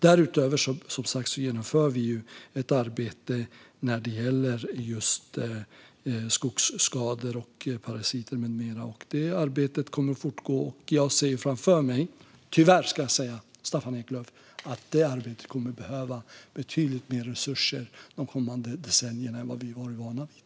Därutöver genomför vi som sagt ett arbete när det gäller just skogsskador och parasiter med mera. Det arbetet kommer att fortgå. Jag ser framför mig - tyvärr, ska jag säga, Staffan Eklöf - att arbetet med det kommer att behöva betydligt mer resurser de kommande decennierna än vad vi har varit vana vid.